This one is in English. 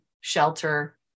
shelter